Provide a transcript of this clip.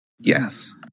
Yes